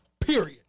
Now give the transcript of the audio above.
period